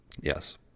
Yes